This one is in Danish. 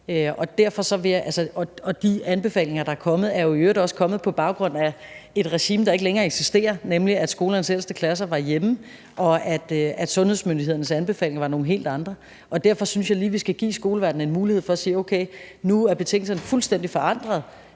og de anbefalinger, der er kommet, er jo i øvrigt også kommet på baggrund af et regime, der ikke længere eksisterer, nemlig at skolernes ældste klasser var hjemme, og at sundhedsmyndighedernes anbefalinger var nogle helt andre. Derfor synes jeg lige, vi skal give skoleverdenen en mulighed, nu hvor betingelserne er fuldstændig forandrede